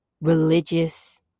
religious